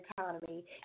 economy